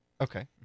Okay